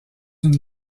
une